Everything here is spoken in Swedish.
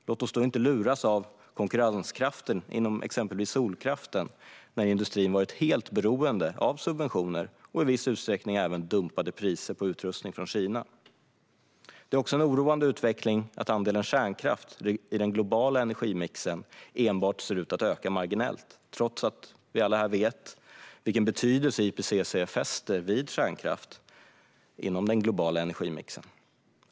Låt oss då inte luras av konkurrenskraften inom exempelvis solkraften när industrin har varit helt beroende av subventioner och i viss utsträckning även av dumpade priser på utrustning från Kina. Det är en oroande utveckling att andelen kärnkraft i den globala energimixen enbart ser ut att öka marginellt trots att vi alla här vet vilken betydelse IPCC anser att kärnkraft har inom den globala energimixen.